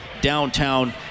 downtown